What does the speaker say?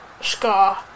scar